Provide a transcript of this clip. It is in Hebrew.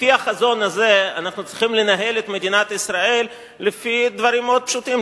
לפי החזון הזה אנחנו צריכים לנהל את מדינת ישראל לפי דברים מאוד פשוטים,